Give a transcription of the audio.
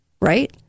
right